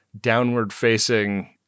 downward-facing